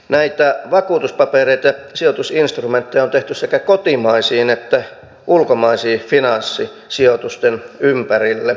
näitä vakuutuspapereita ja sijoitusinstrumentteja on tehty sekä kotimaisten että ulkomaisten finanssisijoitusten ympärille